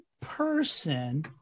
person